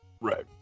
Right